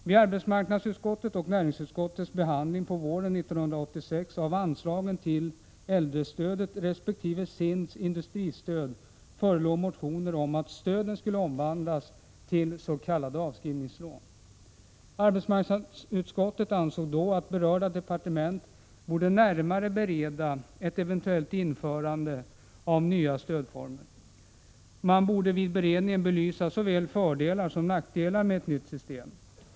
Vid arbetsmarknadsutskottets och näringsutskottets behandling på våren 1986 av anslagen till äldrestödet resp. SIND:s industristöd förelåg motioner om att stöden skulle omvandlas till s.k. avskrivningslån. Arbetsmarknadsutskottet ansåg att berörda departement borde närmare bereda ett eventuellt införande av nya stödformer. Man borde vid beredningen belysa såväl fördelar som nackdelar med ett nytt system.